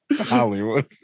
Hollywood